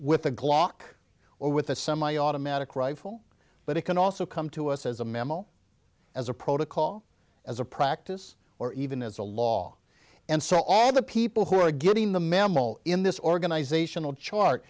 with a glock or with a semiautomatic rifle but it can also come to us as a memo as a protocol as a practice or even as a law and so all the people who are getting the mammal in this organizational chart